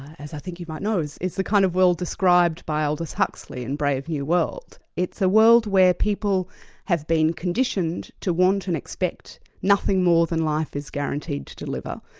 as i think you might know, is the kind of world described by aldous huxley in brave new world. it's a world where people have been conditioned to want and expect nothing more than life is guaranteed to deliver.